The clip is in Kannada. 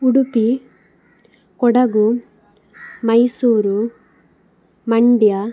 ಉಡುಪಿ ಕೊಡಗು ಮೈಸೂರು ಮಂಡ್ಯ